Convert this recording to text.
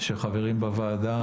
שחברים בוועדה,